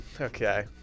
Okay